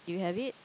you have it